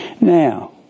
Now